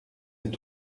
est